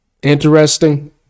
interesting